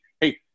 hey